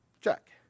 check